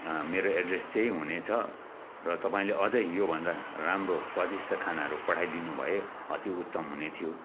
मेरो एड्रेस त्यहीँ हुनेछ र तपाईँले अझै यो भन्दा राम्रो स्वादिष्ट खानाहरू पठाइदिनु भए अति उत्तम हुने थियो